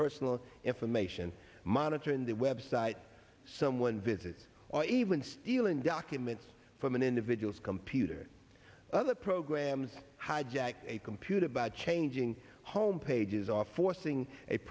personal information monitoring the website someone visits or even stealing documents from an individual's computer other programs hijack a computer by changing homepages are forcing